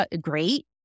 great